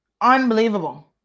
Unbelievable